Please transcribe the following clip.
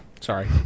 Sorry